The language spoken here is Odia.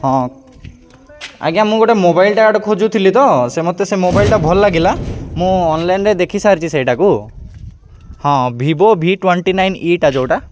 ହଁ ଆଜ୍ଞା ମୁଁ ଗୋଟେ ମୋବାଇଲଟା ଗୋଟେ ଖୋଜୁଥିଲି ତ ସେ ମୋତେ ସେ ମୋବାଇଲଟା ଭଲ ଲାଗିଲା ମୁଁ ଅନଲାଇନ୍ରେ ଦେଖିସାରିଛି ସେଇଟାକୁ ହଁ ଭିିଭୋ ଭି ଟ୍ୱେଣ୍ଟି ନାଇନ୍ ଇଟା ଯେଉଁଟା